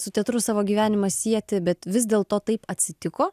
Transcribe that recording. su teatru savo gyvenimą sieti bet vis dėl to taip atsitiko